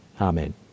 Amen